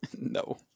No